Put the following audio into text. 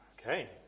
Okay